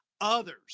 others